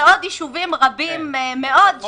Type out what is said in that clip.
ועוד יישובים רבים מאוד.